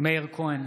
מאיר כהן,